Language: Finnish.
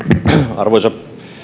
arvoisa